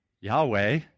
Yahweh